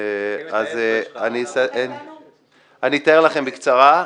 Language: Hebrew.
אני אתאר לכם בקצרה,